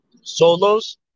solos